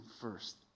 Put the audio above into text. first